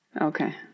okay